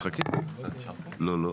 עוברים